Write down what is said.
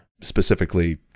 Specifically